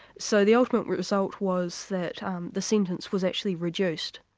so the ultimate result was that um the sentence was actually reduced.